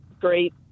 great